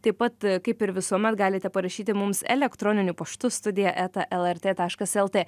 taip pat kaip ir visuomet galite parašyti mums elektroniniu paštu studija eta lrt taškas lt